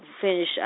finish